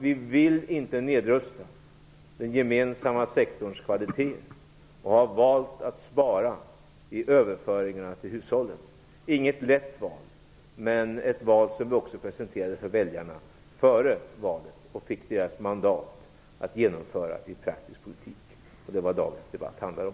Vi vill inte nedrusta den gemensamma sektorns kvalitet, och vi har valt att spara i överföringarna till hushållen. Det är inte ett lätt val. Men det är ett val som vi också presenterade för väljarna före valet och som vi fick deras mandat att genomföra i praktisk politik. Det är vad dagens debatt handlar om.